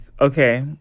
Okay